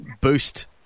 boost